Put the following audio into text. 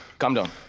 calm down,